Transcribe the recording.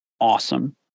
awesome